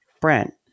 Brent